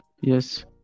Yes